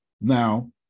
Now